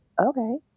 okay